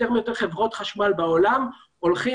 יותר ויותר חברות חשמל בעולם שהולכים